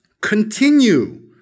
continue